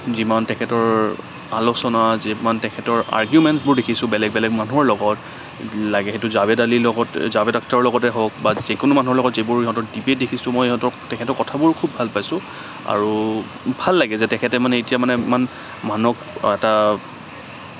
যিমান তেখেতৰ আলোচনা যিমান তেখেতৰ আৰ্গোমেন্টবোৰ দেখিছোঁ বেলেগ বেলেগ মানুহৰ লগত লাগে সেইটো জাৱেদ আলিৰ লগত জাৱেদ আফটাৰৰ লগতে হওঁক বা যিকোনো মানুহৰ লগত যিবোৰ সিহঁতৰ ডিবেট দেখিছোঁ মই সিহঁতৰ তেখেতৰ কথাবোৰ খুউব ভাল পাইছোঁ আৰু ভাল লাগে যে তেখেতে মানে এতিয়া মানে ইমান মানুহক এটা